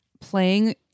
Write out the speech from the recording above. playing